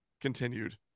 continued